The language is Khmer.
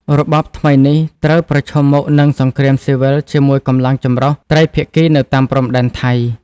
របបថ្មីនេះត្រូវប្រឈមមុខនឹងសង្គ្រាមស៊ីវិលជាមួយកម្លាំងចម្រុះត្រីភាគីនៅតាមព្រំដែនថៃ។